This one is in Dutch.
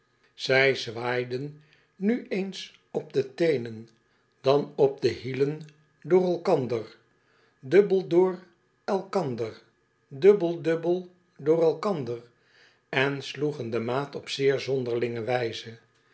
zij zwaaiden nu eens op de teenen dan op de hielen door elkander dubbel door elkander dubbel dubbel door elkander en sloegen de maat op zeer zonderlinge wijze